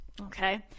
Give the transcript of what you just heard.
okay